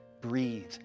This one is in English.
breathe